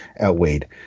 outweighed